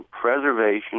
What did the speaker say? preservation